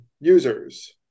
users